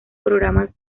programas